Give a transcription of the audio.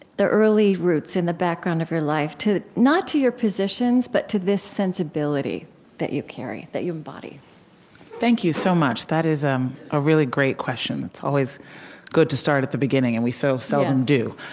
the early roots in the background of your life, not to your positions but to this sensibility that you carry, that you embody thank you so much. that is um a really great question. it's always good to start at the beginning, and we so seldom do.